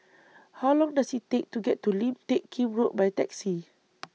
How Long Does IT Take to get to Lim Teck Kim Road By Taxi